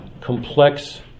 complex